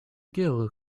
girl